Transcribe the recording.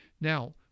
Now